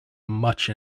much